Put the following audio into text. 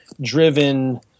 driven